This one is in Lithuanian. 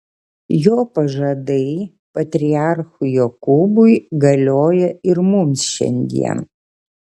jo pažadai patriarchui jokūbui galioja ir mums šiandien